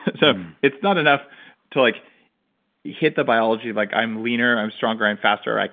so it's not enough to like hit the biology like i'm leaner. i'm stronger. i'm faster.